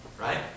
right